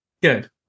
Good